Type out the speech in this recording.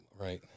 right